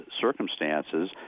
circumstances